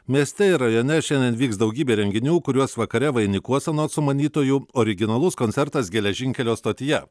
mieste ir rajone šiandien vyks daugybė renginių kuriuos vakare vainikuos anot sumanytojų originalus koncertas geležinkelio stotyje